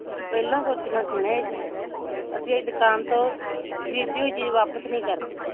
ਤੁਸੀਂ ਪਹਿਲਾਂ ਸੋਚਣਾ ਸੀ ਨਾ ਇਹ ਚੀਜ਼ ਜੀ ਅਸੀਂ ਇਹ ਦਕਾਨ ਤੋਂ ਖਰੀਦੀ ਹੋਈ ਚੀਜ਼ ਵਾਪਸ ਨਹੀਂ ਕਰਦੇ